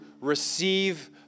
receive